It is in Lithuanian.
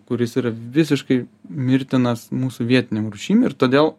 kuris yra visiškai mirtinas mūsų vietinėm rūšim ir todėl